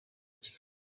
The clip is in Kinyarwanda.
kigali